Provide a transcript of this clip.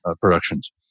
productions